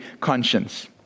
conscience